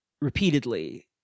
repeatedly